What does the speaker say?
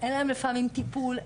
אין להם לפעמים טיפול,